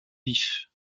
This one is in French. vif